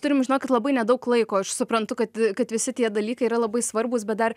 turim žinokit labai nedaug laiko aš suprantu kad kad visi tie dalykai yra labai svarbūs bet dar